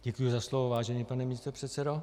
Děkuji za slovo, vážený pane místopředsedo.